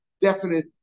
definite